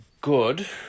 good